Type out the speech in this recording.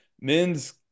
men's